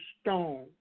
Stone